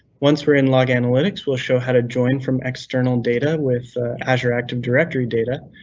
once we're in log analytics, we'll show how to join from external data with azure active directory data.